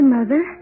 Mother